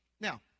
Now